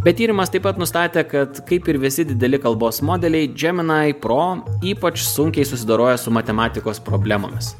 bet tyrimas taip pat nustatė kad kaip ir visi dideli kalbos modeliai džeminai pro ypač sunkiai susidoroja su matematikos problemomis